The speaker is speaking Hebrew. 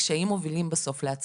הקשיים מובילים בסופו של דבר להצלחה,